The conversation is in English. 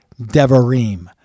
Devarim